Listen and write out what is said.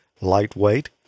Lightweight